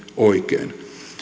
oikein